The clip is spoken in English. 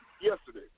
yesterday